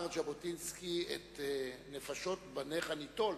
אמר ז'בוטינסקי: את נפשות בניך ניטול,